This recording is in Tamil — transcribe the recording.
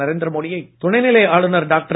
நரேந்திர மோடியை துணைநிலை ஆளுனர் டாக்டர்